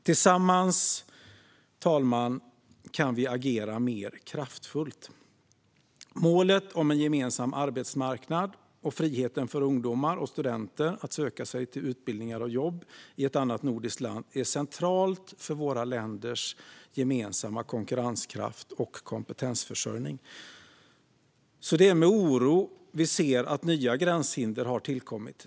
Tillsammans kan vi agera mer kraftfullt. Målet om en gemensam arbetsmarknad och friheten för ungdomar och studenter att söka sig till utbildningar och jobb i ett annat nordiskt land är centralt för våra länders gemensamma konkurrenskraft och kompetensförsörjning. Det är därför med oro som vi ser att nya gränshinder har tillkommit.